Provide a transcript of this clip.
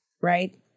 Right